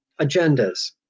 agendas